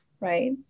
right